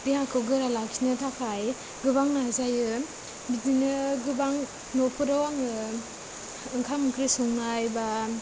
देहाखौ गोरा लाखिनो थाखाय गोबां नाजायो बिदिनो गोबां नख'राव आङो ओंखाम ओंख्रि संनाय बा